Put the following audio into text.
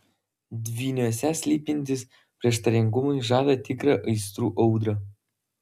dvyniuose slypintys prieštaringumai žada tikrą aistrų audrą